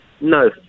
No